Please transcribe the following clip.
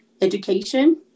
education